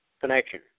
connection